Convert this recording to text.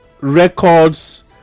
Records